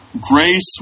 grace